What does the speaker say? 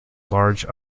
large